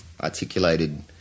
articulated